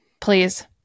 Please